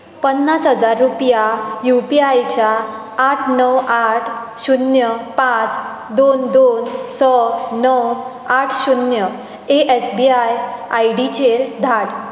पन्नास हजार रुपया यू पी आयच्या आठ णव आठ शुन्य पांच दोन दोन स णव आठ शुन्य at the rate S B I I D चेर धाड